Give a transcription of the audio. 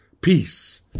peace